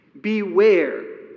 Beware